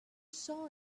saw